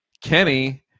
Kenny